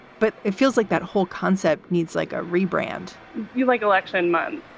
but it feels like that whole concept needs like a rebrand you like election month.